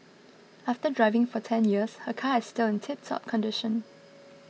after driving for ten years her car is still in tiptop condition